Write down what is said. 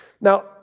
Now